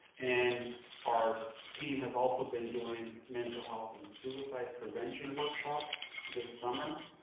and our team has also been doing mental health and suicide prevention workshops this summer,